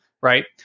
Right